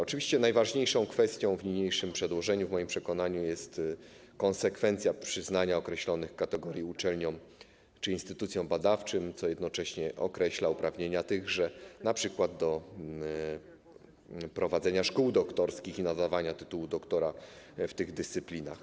Oczywiście, najważniejszą kwestią w niniejszym przedłożeniu w moim przekonaniu jest konsekwencja przyznania określonych kategorii uczelniom czy instytucjom badawczym, co jednocześnie określa uprawnienia tychże, np. do prowadzenia szkół doktorskich i nadawania tytułu doktora w tych dyscyplinach.